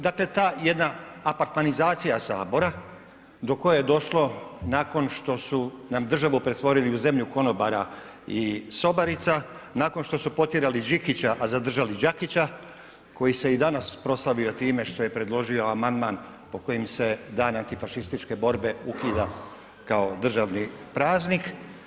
Dakle ta jedna apartmanizacija Sabora do koje je došlo nakon što su nam državu pretvorili u zemlju konobara i sobarica, nakon što su potjerali Đikića, a zadržali Đakića koji se i danas proslavio time što je predložio amandman po kojem se Dan antifašističke borbe ukida kao državni praznik.